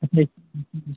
मतलब